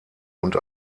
und